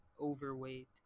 overweight